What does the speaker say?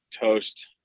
toast